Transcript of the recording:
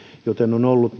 on ollut